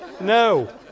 No